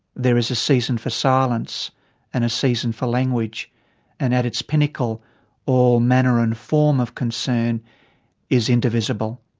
there is a season for silence and a season for language and at its pinnacle all manner and form of concern is indivisible.